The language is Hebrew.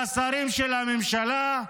והשרים של הממשלה,